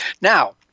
now